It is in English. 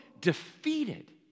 defeated